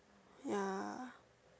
ya